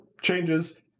changes